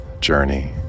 journey